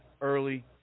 early